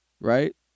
right